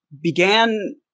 began